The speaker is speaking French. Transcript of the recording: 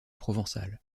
provençale